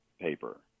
paper